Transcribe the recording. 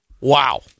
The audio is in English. Wow